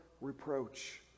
reproach